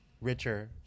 richer